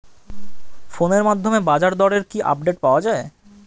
ফোনের মাধ্যমে বাজারদরের কি আপডেট পাওয়া যায়?